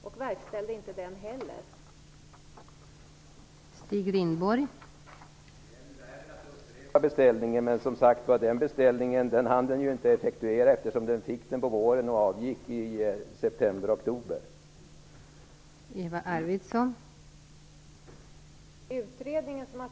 De verkställde inte heller den.